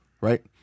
Right